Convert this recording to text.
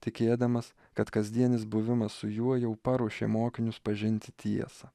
tikėdamas kad kasdienis buvimas su juo jau paruošė mokinius pažinti tiesą